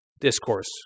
discourse